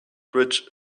bridge